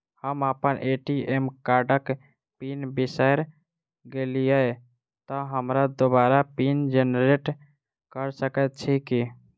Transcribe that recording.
हम अप्पन ए.टी.एम कार्डक पिन बिसैर गेलियै तऽ हमरा दोबारा पिन जेनरेट कऽ सकैत छी की?